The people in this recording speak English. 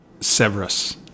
Severus